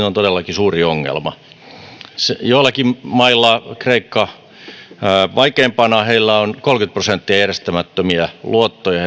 ovat todellakin suuri ongelma joillakin mailla kreikalla vaikeimpana on kolmekymmentä prosenttia luottokannastaan järjestämättömiä luottoja